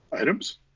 Items